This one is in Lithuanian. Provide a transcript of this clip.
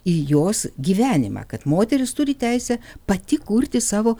į jos gyvenimą kad moteris turi teisę pati kurti savo